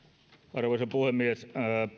arvoisa puhemies